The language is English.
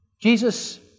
Jesus